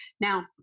now